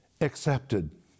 accepted